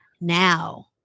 now